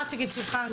מה רצית להגיד שמחה?